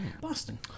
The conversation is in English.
Boston